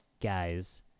guys